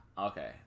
Okay